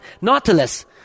Nautilus